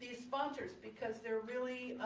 these sponsors because they're really.